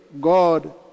God